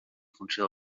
funció